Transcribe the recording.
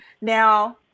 now